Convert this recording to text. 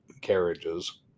carriages